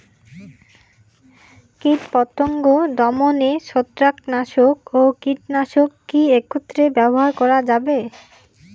কীটপতঙ্গ দমনে ছত্রাকনাশক ও কীটনাশক কী একত্রে ব্যবহার করা যাবে?